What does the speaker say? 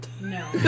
No